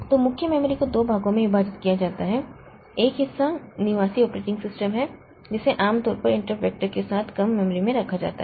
तो मुख्य मेमोरी को दो भागों में विभाजित किया जाता है एक हिस्सा निवासी ऑपरेटिंग सिस्टम है जिसे आमतौर पर इंटरपट वेक्टर के साथ कम मेमोरी में रखा जाता है